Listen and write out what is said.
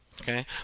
Okay